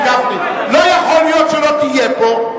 לא יכול להיות שלא תהיה פה,